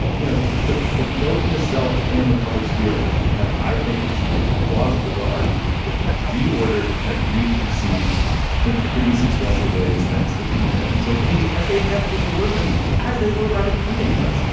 you know, the the the both the self and the public sphere have have i think it's it's plausible to argue who've been re-ordered and reconceived in pretty substantial ways thanks to the internet and social media as they inevitably we're going to be as they were by the printing press.